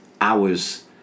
hours